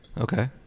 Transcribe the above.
Okay